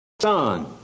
son